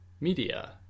media